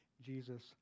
Jesus